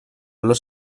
los